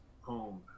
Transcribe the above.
home